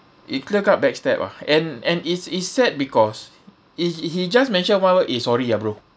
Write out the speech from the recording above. it clear cut backstab ah and and it's it's sad because e~ he he just mentioned one word eh sorry ah bro